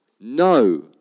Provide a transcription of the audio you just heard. no